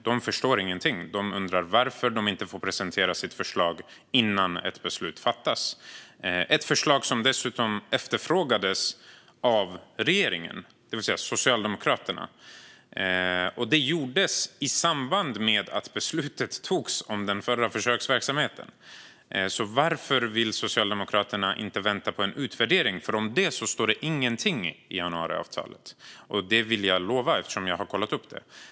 De förstår ingenting och undrar varför de inte får presentera sitt förslag innan ett beslut fattas. Det är dessutom ett förslag som efterfrågats av regeringen, det vill säga Socialdemokraterna. Detta gjordes i samband med att beslut togs om den förra försöksverksamheten. Varför vill Socialdemokraterna inte vänta på en utvärdering? Det står ingenting om detta i januariavtalet. Det lovar jag, för jag har kollat upp det.